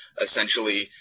essentially